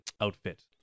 outfit